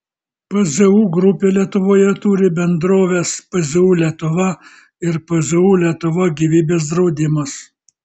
pzu grupė lietuvoje turi bendroves pzu lietuva ir pzu lietuva gyvybės draudimas